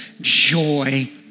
joy